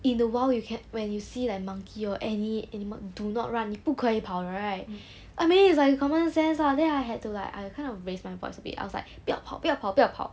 in the wild you can when you see like monkey or any animal do not run 你不可以跑的 right I mean it's like common sense lah then I had to like I kind of raise my voice a bit I was like 不要跑不要跑不要跑